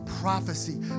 prophecy